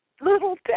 little